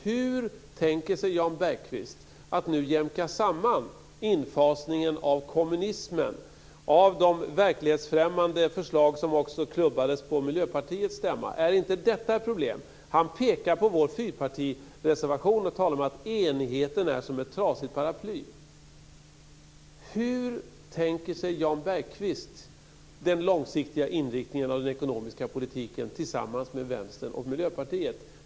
Hur tänker sig Jan Bergqvist att nu jämka samman infasningen av kommunismen och av de verklighetsfrämmande förslag som också klubbades på Miljöpartiets stämma? Är inte detta ett problem? Han pekar på vår fyrpartireservation och talar om att enigheten är som ett trasigt paraply. Hur tänker sig Jan Bergqvist den långsiktiga inriktningen av den ekonomiska politiken tillsammans med Vänstern och Miljöpartiet?